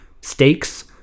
stakes